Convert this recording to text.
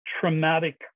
traumatic